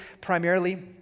primarily